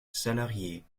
salariés